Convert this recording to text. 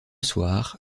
soir